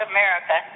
America